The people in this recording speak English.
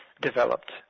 developed